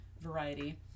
Variety